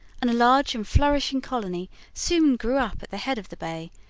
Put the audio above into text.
and a large and flourishing colony soon grew up at the head of the bay,